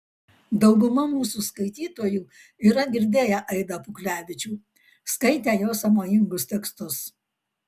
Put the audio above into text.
dauguma mūsų skaitytojų yra girdėję aidą puklevičių skaitę jo sąmojingus tekstus